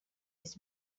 his